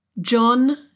John